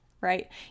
right